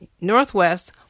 Northwest